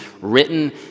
written